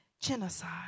genocide